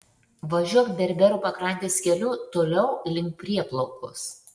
važiuok berberų pakrantės keliu toliau link prieplaukos